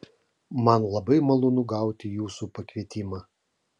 man labai malonu gauti jūsų pakvietimą